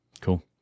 Cool